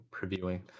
previewing